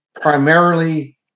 primarily